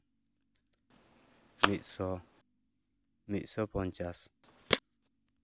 ᱢᱤᱫᱥᱚ ᱢᱤᱫᱥᱚ ᱯᱚᱧᱪᱟᱥ